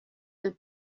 del